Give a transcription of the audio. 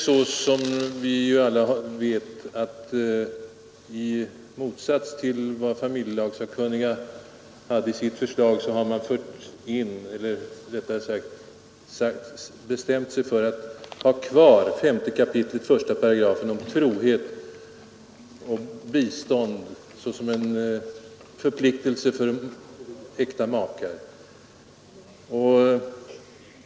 Som vi vet har utskottet i motsats till vad familjelagssakkunniga har föreslagit förordat ett bibehållande av 5 kap. 1§ om trohet och bistånd såsom en förpliktelse för äkta makar.